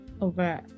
over